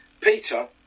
Peter